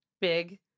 big